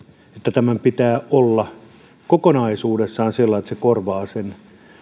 tämän pitää olla kokonaisuudessaan sellainen että se korvaa sen